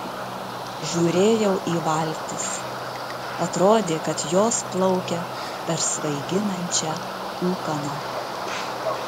žiūrėjau į valtis atrodė kad jos plaukia per svaiginančią ūkaną